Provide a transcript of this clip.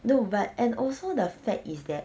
no but and also the fact is that